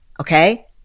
Okay